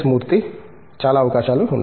మూర్తి చాలా అవకాశాలు ఉన్నాయి